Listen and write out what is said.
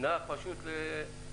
יתכבד ויעיר.